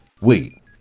Wait